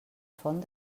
font